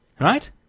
right